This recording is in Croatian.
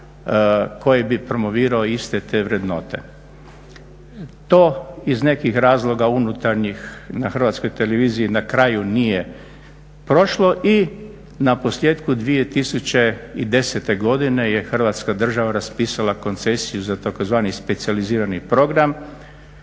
koji bi promovirao iste te vrednote. To iz nekih razloga unutarnjih na Hrvatskoj televiziji na kraju nije prošlo i na posljetku 2010. godine je Hrvatska država raspisala koncesiju za tzv. specijalizirani program.